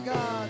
God